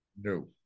No